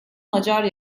macar